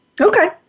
Okay